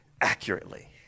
accurately